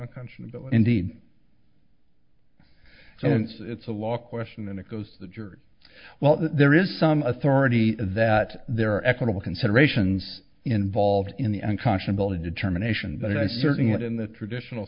unconscionable indeed so it's it's a lot of question and it goes to the jury well there is some authority that there are equitable considerations involved in the unconscionable determination but i'm certain that in the traditional